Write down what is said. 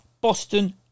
Boston